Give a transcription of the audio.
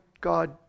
God